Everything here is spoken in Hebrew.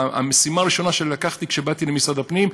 המשימה הראשונה שלקחתי כשבאתי למשרד הפנים,